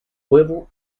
huevo